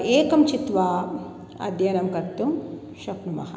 एकं चित्वा अध्ययनं कर्तुं शक्नुमः